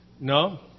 No